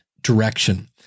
direction